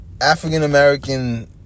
African-American